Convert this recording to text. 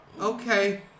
Okay